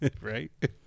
right